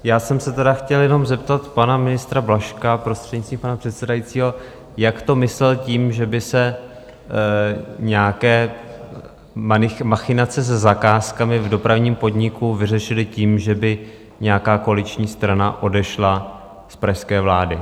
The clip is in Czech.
Já jsem se tedy chtěl jenom zeptat pana ministra Blažka, prostřednictvím pana předsedajícího, jak to myslel tím, že by se nějaké machinace se zakázkami v dopravním podniku vyřešily tím, že by nějaká koaliční strana odešla z pražské vlády.